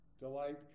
Delight